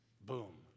Boom